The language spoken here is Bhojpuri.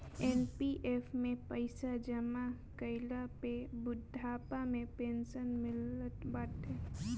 एन.पी.एफ में पईसा जमा कईला पे बुढ़ापा में पेंशन मिलत बाटे